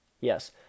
Yes